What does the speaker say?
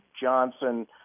Johnson